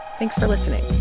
thanks for listening